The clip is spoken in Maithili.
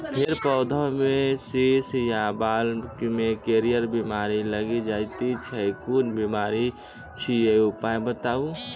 फेर पौधामें शीश या बाल मे करियर बिमारी लागि जाति छै कून बिमारी छियै, उपाय बताऊ?